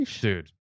Dude